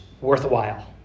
worthwhile